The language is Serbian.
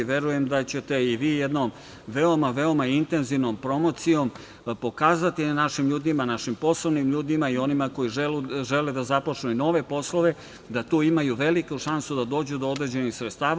Verujem da ćete i vi jednom veoma veoma intenzivnom promocijom pokazati našim ljudima, našim poslovnim ljudima i onima koji žele da započnu nove poslove da tu imaju veliku šansu da dođu do određenih sredstava.